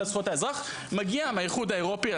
לזכויות האזרח מגיע מהאיחוד האירופי,